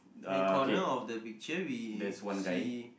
hand corner of the picture we see